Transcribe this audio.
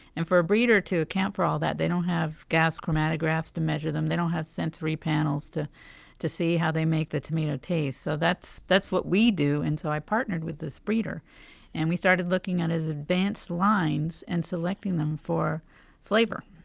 and for a breeder to account for all that, they don't have gas chromatographs to measure them. they don't have sensory panels to to see how they make the tomatoes taste, so that's that's what we do. and so i partnered with this breeder and we started looking at his advanced lines and selecting them for flavor